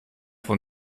von